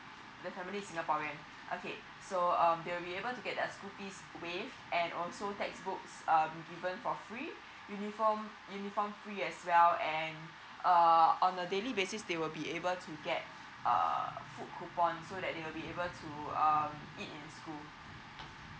the family is singaporean okay so um they will be able to get a school fees waived and also textbooks um given for free uniform uniform free as well and err on a daily basis they will be able to get uh food coupon so that they will be able to um eat in school